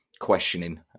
questioning